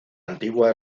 antigua